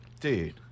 dude